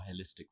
holistic